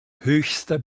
höchster